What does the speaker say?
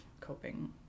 coping